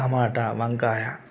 టమాటా వంకాయ